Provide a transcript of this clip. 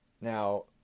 Now